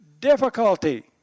difficulty